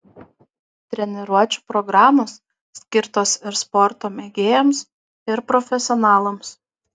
treniruočių programos skirtos ir sporto mėgėjams ir profesionalams